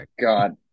God